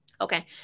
Okay